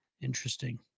interesting